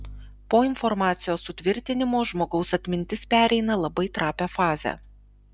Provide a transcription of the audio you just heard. po informacijos sutvirtinimo žmogaus atmintis pereina labai trapią fazę